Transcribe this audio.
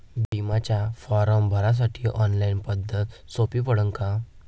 बिम्याचा फारम भरासाठी ऑनलाईन पद्धत सोपी पडन का?